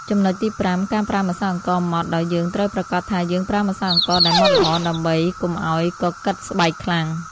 ចំណុចទីប្រាំ ការប្រើម្សៅអង្ករម៉ដ្ឋ ដោយយើងត្រូវប្រាកដថាយើងប្រើម្សៅអង្ករដែលម៉ដ្ឋល្អ ដើម្បីកុំឱ្យកកិតស្បែកខ្លាំង។